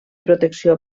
protecció